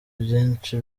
byinshi